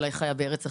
שאולי חיה בארץ אחרת.